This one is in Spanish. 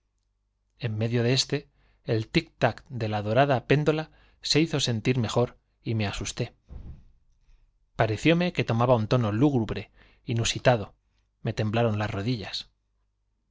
en medio de éste el tic-tac de la dorada péndola se hizo sentir mejor y me asusté parecióme que tomaba un tono lúgubre inusitado me temblaron las rodillas